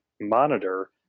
monitor